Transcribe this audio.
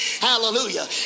Hallelujah